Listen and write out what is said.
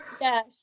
Yes